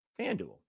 FanDuel